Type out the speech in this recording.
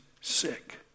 sick